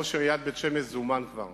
ראש עיריית בית-שמש זומן כבר